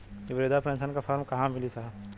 इ बृधा पेनसन का फर्म कहाँ मिली साहब?